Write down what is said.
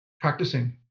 practicing